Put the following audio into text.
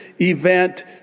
Event